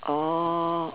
orh